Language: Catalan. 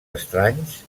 estranys